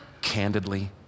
candidly